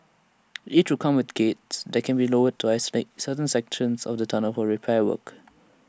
each will come with gates that can be lowered to isolate certain sections of the tunnels for repair works